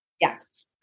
Yes